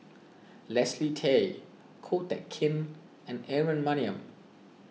Leslie Tay Ko Teck Kin and Aaron Maniam